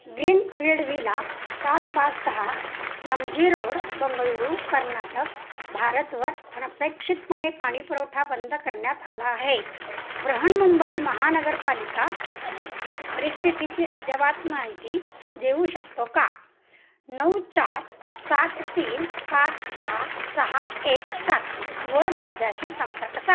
greenfield villa चार पास सहा M G road Bengaluru Karnataka भारतवर अनपेक्षितपणे पाणी पुरवठा बंद करण्यात आला आहे बृहन्मुंबई महानगरपालिका परिस्थितीची अद्ययावत माहिती देऊ शकतो का नऊ चार सात तीन पाच सहा सहा एक सातवर माझ्याशी संपर्क साधा